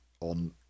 on